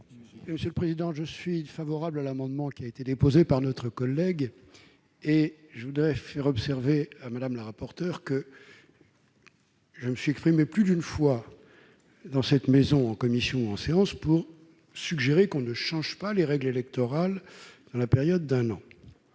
Monsieur le président, je suis favorable à l'amendement qui a été déposé par notre collègue et je voudrais faire observer madame la rapporteure, que je me suis exprimé plus d'une fois dans cette maison en commission en séance pour suggérer qu'on ne change pas les règles électorales, la période d'un an